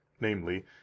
namely